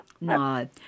No